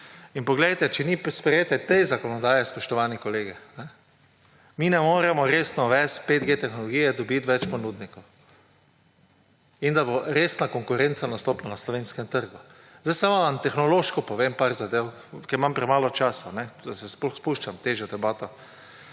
In poglejte, če ni sprejeta ta zakonodaja, spoštovani kolegi, mi ne moremo resno uvesti 5G tehnologije, dobiti več ponudnikov in da bo resna konkurenca nastopila na slovenskem trgu. Zdaj vam samo tehnološko povem par zadev, ker imamo premalo časa, da se sploh spuščam v težjo debato.